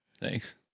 Thanks